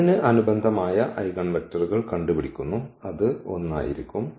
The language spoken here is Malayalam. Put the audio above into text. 3 ന് അനുബന്ധമായ ഐഗൻവെക്റ്റർ കണ്ടുപിടിക്കുന്നു അത് 1 ആയിരിക്കും